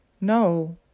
No